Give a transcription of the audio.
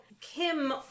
Kim